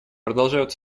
продолжают